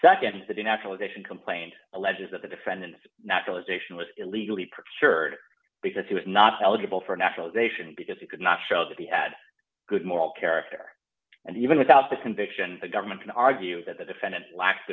the naturalization complaint alleges that the defendant's naturalization was illegally preferred because he was not eligible for naturalization because it could not show that he had good moral character and even without the conviction the government can argue that the defendant la